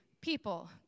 people